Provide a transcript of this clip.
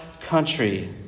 country